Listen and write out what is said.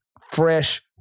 fresh